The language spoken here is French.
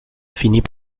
finit